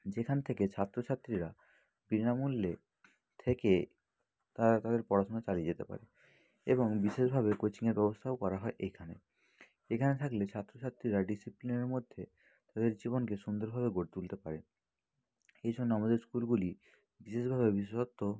যেখান থেকে ছাত্র ছাত্রীরা বিনামূল্যে থেকে তারা তাদের পড়াশুনা চালিয়ে যেতে পারে এবং বিশেষভাবে কোচিংয়ের ব্যবস্থাও করা হয় এইখানে এখানে থাকলে ছাত্রছাত্রীরা ডিসিপ্লিনের মধ্যে তাদের জীবনকে সুন্দরভাবে গড়ে তুলতে পারে এই জন্য আমাদের স্কুলগুলি বিশেষভাবে বিশেষত্ব